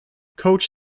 coach